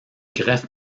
greffe